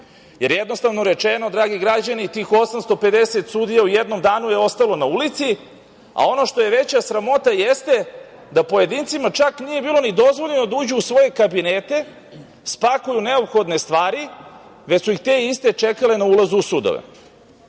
Jednostavno rečeno, dragi građani, tih 850 sudija u jednom danu je ostalo na ulici, a ono što je veća sramota jeste da pojedincima čak nije bilo ni dozvoljeno da uđu u svoje kabinete, spakuju neophodne stvari, već su ih te iste čekale na ulazu u sudove. To